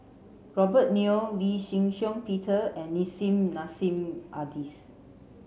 Robert Yeo Lee Shih Shiong Peter and Nissim Nassim Adis